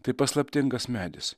tai paslaptingas medis